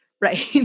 right